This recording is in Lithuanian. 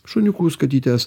šuniukus katytes